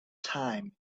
time